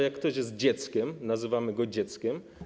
Jeśli ktoś jest dzieckiem, nazywamy go dzieckiem.